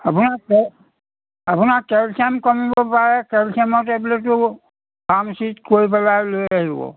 আপোনাৰ আপোনাৰ কেলছিয়াম কমিব পাৰে কেলছিয়ামৰ টেবলেটো ফাৰ্মাচীত কৈ পেলাই লৈ আহিব